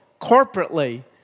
corporately